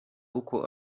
uko